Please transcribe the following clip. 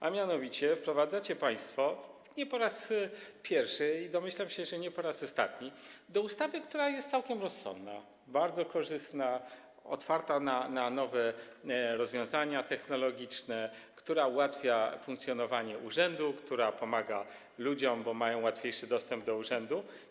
A mianowicie wprowadzacie coś państwo - nie po raz pierwszy i domyślam się, że nie po raz ostatni - do ustawy, która jest całkiem rozsądna, bardzo korzystna, otwarta na nowe rozwiązania technologiczne, która ułatwia urzędowi funkcjonowanie, która pomaga ludziom, bo mają łatwiejszy dostęp do urzędu.